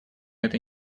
этой